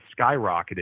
skyrocketed